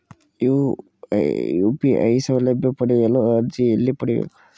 UPI ಸೌಲಭ್ಯ ಪಡೆಯಲು ಅರ್ಜಿ ಎಲ್ಲಿ ಪಡಿಬೇಕು?